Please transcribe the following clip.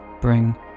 Bring